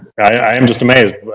i am just amazed.